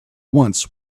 once